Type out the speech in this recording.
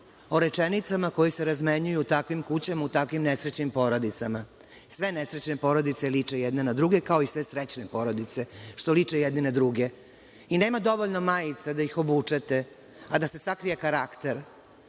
o rečenicama koje se razmenjuju u takvim kućama, u takvim nesrećnim porodicama. Sve nesrećne porodice liče jedna na drugu, kao i sve srećne porodice što liče jedni na druge. I nema dovoljno majica da ih obučete, a da se sakrije karakter